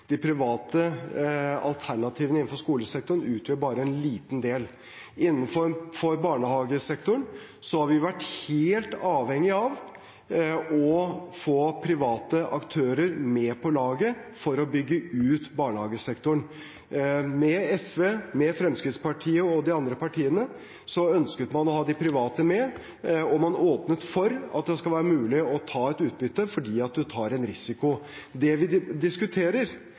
De private alternativene innenfor skolesektoren utgjør bare en liten del. Vi har vært helt avhengig av å få private aktører med på laget for å bygge ut barnehagesektoren. SV, Fremskrittspartiet og de andre partiene ønsket å ha de private med, og man åpnet for at det skal være mulig å ta utbytte fordi en tar risiko. Det vi diskuterer,